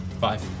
five